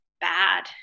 bad